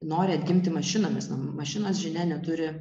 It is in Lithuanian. nori atgimti mašinomis mašinos žinia neturi